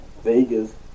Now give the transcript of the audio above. Vegas